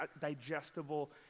digestible